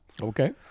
Okay